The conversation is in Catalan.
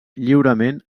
lliurement